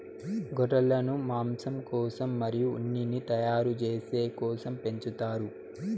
గొర్రెలను మాంసం కోసం మరియు ఉన్నిని తయారు చేసే కోసం పెంచుతారు